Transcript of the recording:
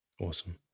awesome